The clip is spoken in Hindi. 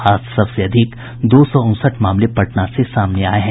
आज सबसे अधिक दो सौ उनसठ मामले पटना से सामने आये हैं